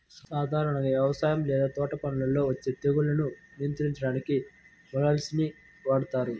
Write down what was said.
సాధారణంగా వ్యవసాయం లేదా తోటపనుల్లో వచ్చే తెగుళ్లను నియంత్రించడానికి మొలస్సైడ్స్ ని వాడుతారు